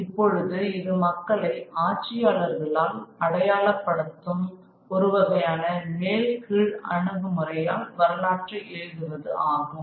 இப்பொழுது இது மக்களை ஆட்சியாளர்களால் அடையாளப்படுத்தும் ஒருவகையான மேல்கீழ் அணுகுமுறையால் வரலாற்றை எழுதுவது ஆகும்